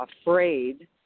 afraid